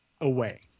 away